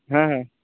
ᱦᱮᱸ ᱦᱮᱸ